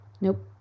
Nope